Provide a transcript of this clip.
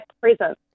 presence